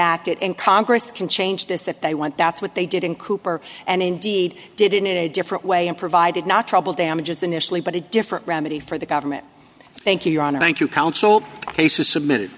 d and congress can change this that they want that's what they did in cooper and indeed did it in a different way and provided not trouble damages initially but a different remedy for the government thank you your honor thank you counsel cases submitted